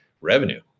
revenue